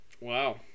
wow